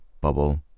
Bubble